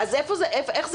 אז איך זה קרה?